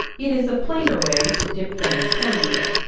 it is a plainer way to dip them in corn meal.